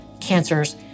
cancers